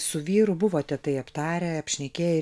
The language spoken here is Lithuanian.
su vyru buvote tai aptarę apšnekėję